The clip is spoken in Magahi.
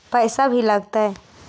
पैसा भी लगतय?